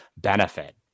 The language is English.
benefit